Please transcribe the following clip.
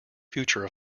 future